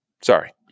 sorry